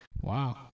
Wow